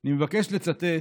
אני מבקש לצטט